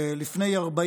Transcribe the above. לפני 40